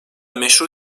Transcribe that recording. meşru